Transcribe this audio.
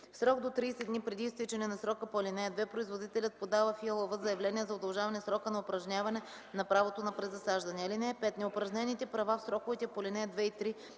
срок до 30 дни преди изтичане на срока по ал. 2, производителят подава в ИАЛВ заявление за удължаване срока на упражняване на правото на презасаждане. (5) Неупражнените права в сроковете по ал. 2 и 3